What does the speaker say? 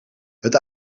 het